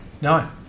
No